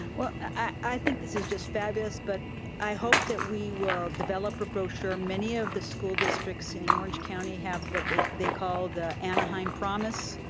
i think this is just fabulous. but i hope that we will develop a brochure. many of the school districts in orange county have what they they call the anaheim promise,